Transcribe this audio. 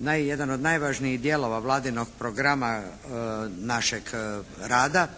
jedan od najvažnijih dijelova Vladinog programa našeg rada